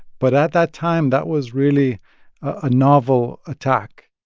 but at that time, that was really a novel attack.